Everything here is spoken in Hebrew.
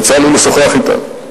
יצא לי לשוחח אתה,